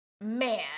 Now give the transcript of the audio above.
Man